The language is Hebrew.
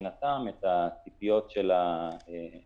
מבחינתם את הציפיות של הביקוש.